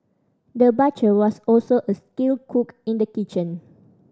the butcher was also a skilled cook in the kitchen